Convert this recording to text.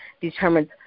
determines